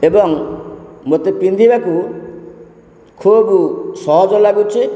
ଏବଂ ମୋତେ ପିନ୍ଧିବାକୁ ଖୁବ୍ ସହଜ ଲାଗୁଛି